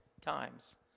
times